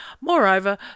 Moreover